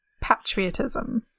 patriotism